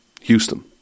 Houston